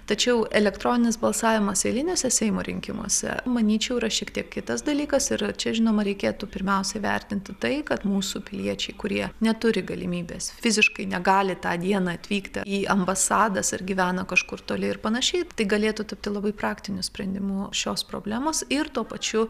tačiau elektroninis balsavimas eiliniuose seimo rinkimuose manyčiau yra šiek tiek kitas dalykas ir čia žinoma reikėtų pirmiausia įvertinti tai kad mūsų piliečiai kurie neturi galimybės fiziškai negali tą dieną atvykti į ambasadas ar gyvena kažkur toli ir panašiai tai galėtų tapti labai praktiniu sprendimu šios problemos ir tuo pačiu